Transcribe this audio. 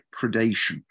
predation